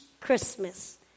Christmas